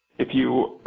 if you.